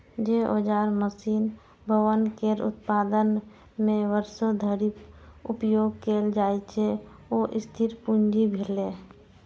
जे औजार, मशीन, भवन केर उत्पादन मे वर्षों धरि उपयोग कैल जाइ छै, ओ स्थिर पूंजी भेलै